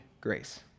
grace